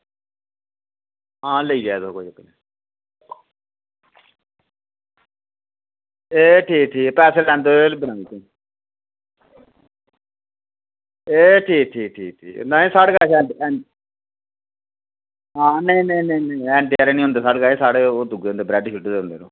हां लेई जाएओ तुस कोई गल्ल निं एह् ठीक ठीक पैसे लैंदे आवेओ एह् ठीक ठीक साढ़े कश हैन नेईं नेईं अंडे आह्ले निं होंदे साढ़े कश ब्रैड दे होंदे न